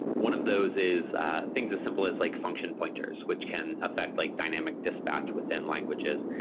one of those is things as simple as like function pointers, which can affect like dynamic dispatch within languages.